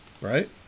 right